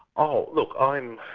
oh, look, i'm.